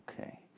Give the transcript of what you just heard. Okay